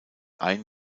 ein